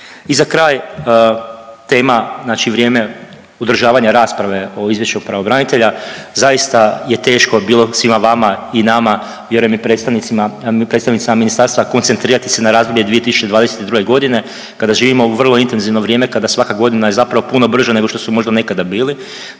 I za kraj tema, znači vrijeme održavanja rasprave o Izvješću pravobranitelja zaista je teško bilo svima vama i nama, vjerujem i predstavnicima ministarstva koncentrirati se na razdoblje 2022. godine kada živimo u vrlo intenzivno vrijeme kada svaka godina je zapravo puno brža nego što su možda nekada bili,